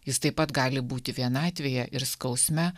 jis taip pat gali būti vienatvėje ir skausme